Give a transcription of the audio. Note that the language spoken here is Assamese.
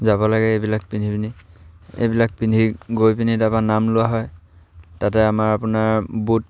যাব লাগে এইবিলাক পিন্ধি পিনি এইবিলাক পিন্ধি গৈ পিনি তাৰপৰা নাম লোৱা হয় তাতে আমাৰ আপোনাৰ বুট